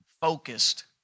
focused